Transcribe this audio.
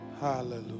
hallelujah